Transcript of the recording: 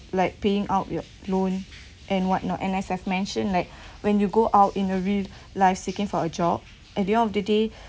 like paying out your loan and what not and as I've mentioned like when you go out in a real life seeking for a job at the end of the day